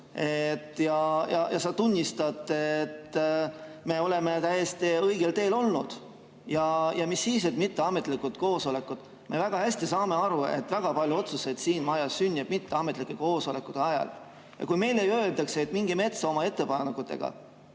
Ja sa tunnistad, et me oleme täiesti õigel teel olnud. Aga mis siis, et olid mitteametlikud koosolekud. Me väga hästi saame aru, et väga palju otsuseid siin majas sünnib mitteametlike koosolekute ajal. Kui meile öeldakse, et minge metsa oma ettepanekutega,